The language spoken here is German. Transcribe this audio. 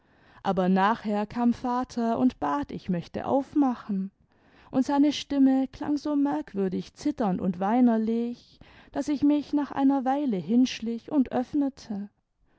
aber nachher kam vater und bat ich möchte aufmachen und seine stimme klang so merkwürdig zitternd und weinerlich daß ich mich nach einer weile hinschlich und